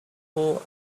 who